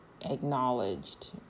acknowledged